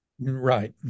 Right